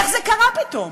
איך זה קרה פתאום?